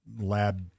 Lab